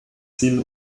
ziel